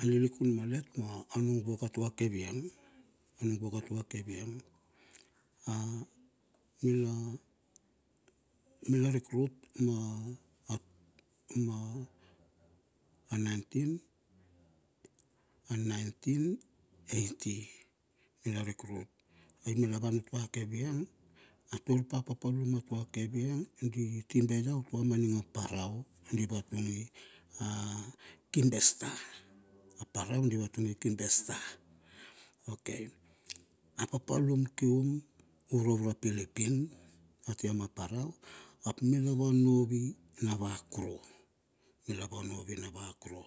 Alilikun malet ma nung wok atua kaivieng anung wok atua kavieng mila mila rik krut ma ma naintin. naitin eity mila rik krut ai mila van utua kaivieng a tur pa papalum atua kaivieng ia utua ma ning a parau di vatungi a kimbe star, a parau di vatungi a kimbe star. Okay, a papalum kium ura ura pilipin atia ma parau ap mila va novi nava kru mila va novi na kru.